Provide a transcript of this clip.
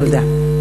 תודה.